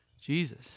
Jesus